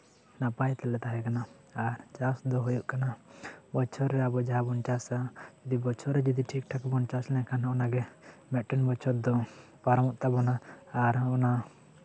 ᱱᱟᱯᱟᱭ ᱛᱮᱞᱮ ᱛᱟᱦᱮᱸ ᱠᱟᱱᱟ ᱟᱨ ᱪᱟᱥ ᱫᱚ ᱦᱳᱭᱳᱜ ᱠᱟᱱᱟ ᱵᱚᱪᱷᱚᱨ ᱨᱮ ᱟᱵᱚ ᱡᱟᱦᱟᱸ ᱵᱚᱱ ᱪᱟᱥᱟ ᱵᱚᱪᱷᱚᱨᱮ ᱡᱚᱫᱤ ᱴᱷᱤᱠ ᱴᱷᱟᱠ ᱵᱚᱱ ᱪᱟᱥ ᱞᱮᱠᱷᱟᱱ ᱚᱱᱟᱜᱮ ᱢᱤᱫᱴᱟᱝ ᱵᱚᱪᱷᱚᱨ ᱫᱚ ᱯᱟᱨᱚᱢᱚᱜ ᱛᱟᱵᱳᱱᱟ ᱟᱨ ᱚᱱᱟ